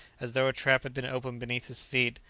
as though a trap had been opened beneath his feet,